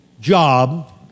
job